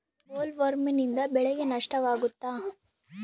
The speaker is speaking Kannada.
ಬೊಲ್ವರ್ಮ್ನಿಂದ ಬೆಳೆಗೆ ನಷ್ಟವಾಗುತ್ತ?